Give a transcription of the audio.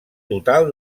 total